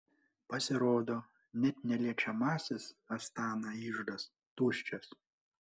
pasirodo net neliečiamasis astana iždas tuščias